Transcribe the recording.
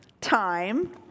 time